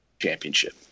championship